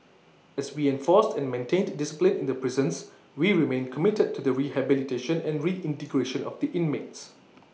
as we enforced and maintained discipline in the prisons we remain committed to the rehabilitation and reintegration of the inmates